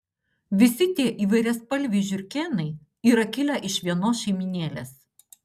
visi tie įvairiaspalviai žiurkėnai yra kilę iš vienos šeimynėlės